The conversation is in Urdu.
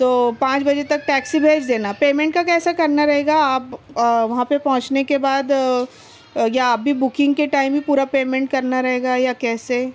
تو پانچ بجے تک ٹیکسی بھیج دینا پیمنٹ کا کیسے کرنا رہے گا آپ وہاں پہ پہنچنے کے بعد یا ابھی بکنگ کے ٹائم ہی پورا پیمنٹ کرنا رہے گیا یا کیسے